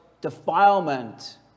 defilement